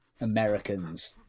Americans